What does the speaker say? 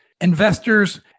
investors